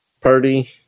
Purdy